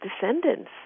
descendants